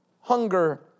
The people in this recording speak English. hunger